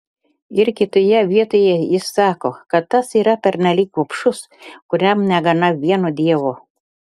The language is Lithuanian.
ir kitoje vietoje jis sako kad tas yra pernelyg gobšus kuriam negana vieno dievo